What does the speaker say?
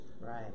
Right